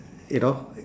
you know